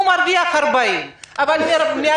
נניח שהאדם מרוויח 40,000 ברוטו,